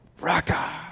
Raka